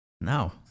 No